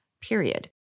period